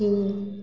ठीक